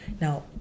Now